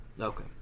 Okay